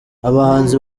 abahanzi